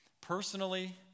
personally